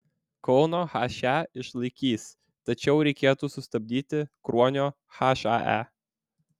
kauno he išlaikys tačiau reikėtų sustabdyti kruonio hae